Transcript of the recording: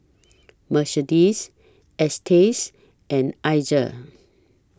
Mercedes Estes and Iza